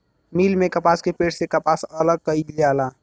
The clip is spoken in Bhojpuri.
मिल में कपास के पेड़ से कपास अलग कईल जाला